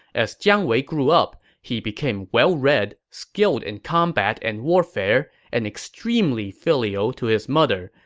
as jiang wei grew up, he became well-read, skilled in combat and warfare, and extremely filial to his mother,